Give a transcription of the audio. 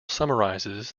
summarizes